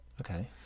Okay